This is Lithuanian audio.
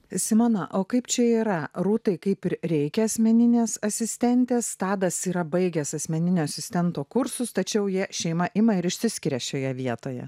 simona o kaip čia yra rūtai kaip reikia asmeninės asistentės tadas yra baigęs asmeninio asistento kursus tačiau jie šeima ima ir išsiskiria šioje vietoje